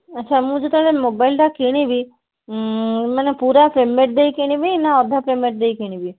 ଆଚ୍ଛା ମୁଁ ଯେତେବେଳେ ମୋବାଇଲ୍ଟା କିଣିବି ମାନେ ପୁରା ପେମେଣ୍ଟ ଦେଇ କିଣିବି ନା ଅଧା ପେମେଣ୍ଟ ଦେଇ କିଣିବି